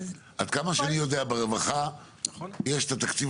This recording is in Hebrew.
עד כמה שאני יודע ברווחה יש את התקציב